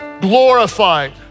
glorified